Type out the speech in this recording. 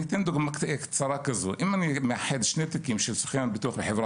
להלן דוגמה קצרה: אם אני מאחד שני תיקים של סוכן הביטוח בחברה